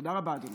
תודה רבה, אדוני.